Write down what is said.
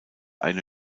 eine